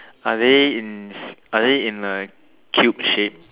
are they in are they in a cube shape